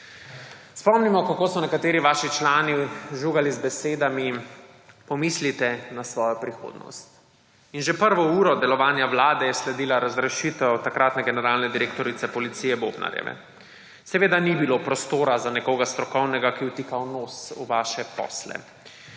Spomnimo kako so nekateri vaši člani žugali z besedami: »Pomislite na svojo prihodnost.« In že prvo uro delovanja vlade je sledila razrešitev takratne generalne direktorice policije Bobnarjeve. Seveda ni bilo prostora za nekoga strokovnega, ki vtika nos v vaše posle.